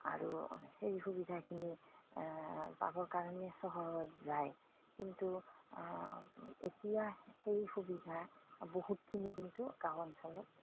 আৰু সেই সুবিধাখিনি পাবৰ কাৰণে চহৰত যায় কিন্তু এতিয়া সেই সুবিধা বহুতখিনি কিন্তু গাঁও অঞ্চলত